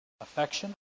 affection